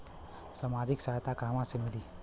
सामाजिक सहायता कहवा से मिली?